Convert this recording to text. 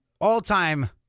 all-time